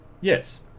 Yes